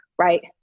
right